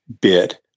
bit